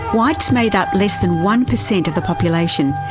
whites made up less than one percent of the population,